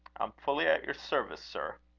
i'm fully at your service, sir.